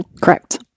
Correct